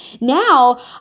Now